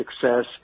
success